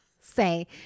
say